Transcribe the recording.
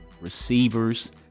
receivers